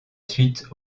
suite